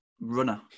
runner